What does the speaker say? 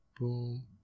boom